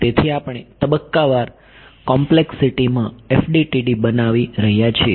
તેથી અમે તબક્કાવાર કોમ્પ્લેકસીટી માં FDTD બનાવી રહ્યા છીએ